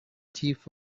chief